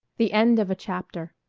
the end of a chapter